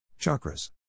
Chakras